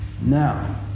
Now